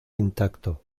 intacto